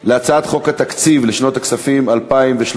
כי הצעת חוק לשינוי סדרי עדיפויות לאומיים (תיקוני